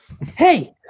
Hey